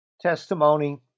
testimony